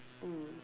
mm